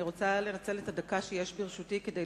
אני רוצה לנצל את הדקה שלרשותי כדי